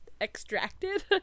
Extracted